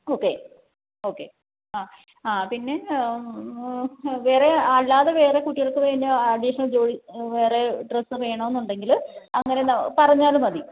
okay okay അ ആ പിന്നെ വേറെ അല്ലാതെ വേറെ കുട്ടികൾക്ക് വേണ്ടി അഡിഷണൽ ജോയി വേറെ ഡ്രെസ്സ് വേണമെന്നുണ്ടെങ്കിൽ അന്നേരം പറഞ്ഞാൽ മതി